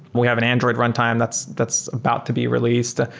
we have an android runtime that's that's about to be released.